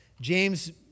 James